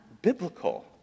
biblical